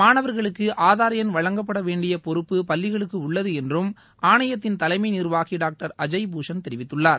மாணவர்களுக்கு ஆதார் எண் வழங்கப்படவேண்டிய பொறப்பு பள்ளிகளுக்கு உள்ளது என்றும் ஆணையத்தின் தலைமை நிர்வாகி டாக்டர் அஜய் பூஷன் தெரிவித்துள்ளார்